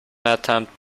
attempt